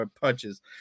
punches